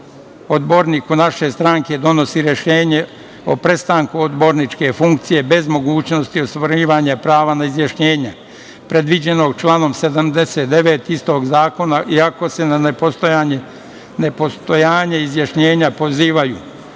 odborniku naše stranke donosi rešenje o prestanku odborničke funkcije, bez mogućnosti ostvarivanja prava na izjašnjenje, predviđenog članom 79. istog zakona, iako se na nepostojanje izjašnjenja pozivaju.